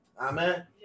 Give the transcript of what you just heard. amen